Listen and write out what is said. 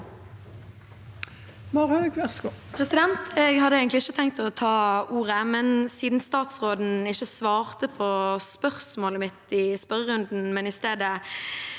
Jeg hadde egentlig ikke tenkt å ta ordet, men siden statsråden ikke svarte på spørsmålet mitt i spørrerunden,